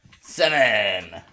Seven